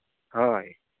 ᱦᱳᱭ